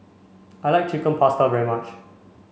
I like Chicken Pasta very much